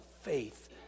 faith